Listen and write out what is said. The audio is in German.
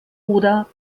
oder